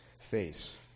face